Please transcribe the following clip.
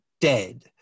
dead